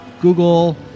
Google